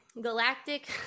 galactic